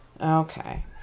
okay